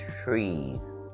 trees